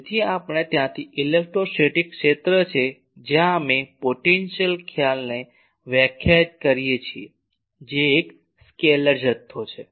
તેથી આપણે ત્યાંથી ઇલેક્ટ્રોસ્ટેટિક ક્ષેત્ર છે જ્યાં અમે પોટેન્શિયલ ખ્યાલને વ્યાખ્યાયિત કરીએ છીએ જે એક સ્કેલેર જથ્થો છે